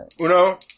Uno